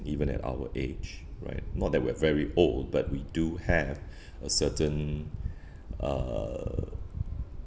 even at our age right not that we're very old but we do have a certain uh